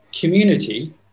community